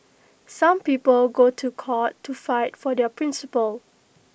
some people go to court to fight for their principles